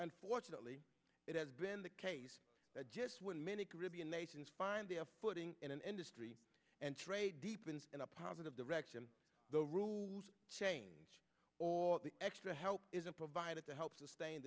unfortunately it has been the case that just when many caribbean nations find the putting in an industry and trade deepens in a positive direction the rules change or the extra help isn't provided to help sustain